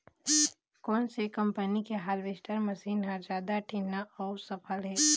कोन से कम्पनी के हारवेस्टर मशीन हर जादा ठीन्ना अऊ सफल हे?